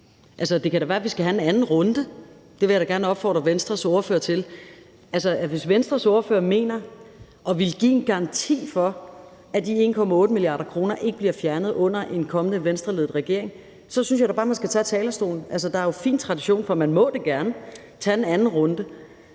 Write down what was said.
Det kan da være, at vi skal have en anden runde. Det vil jeg da gerne opfordre Venstres ordfører til. Hvis Venstres ordfører mener og vil give en garanti for, at de 1,8 mia. kr. ikke bliver fjernet under en kommende Venstreledet regering, så synes jeg da bare, man skal indtage talerstolen. Der er jo fin tradition for, at man gerne må tage en anden runde.